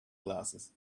glasses